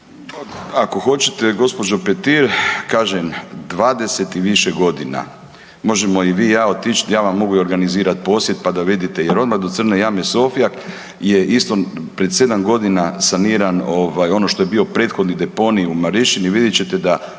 Ako hoćete gđo. Petir kažem 20 i više godina, možemo i vi i ja otić, ja vam mogu i organizirat posjet, pa da vidite jer odmah do crne jame Sovjak je isto pred 7.g. saniran ovaj ono što je bio prethodni deponij u Marišćini vidjet ćete da